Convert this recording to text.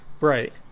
Right